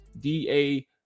D-A –